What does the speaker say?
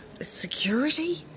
Security